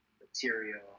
material